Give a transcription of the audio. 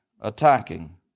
attacking